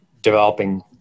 developing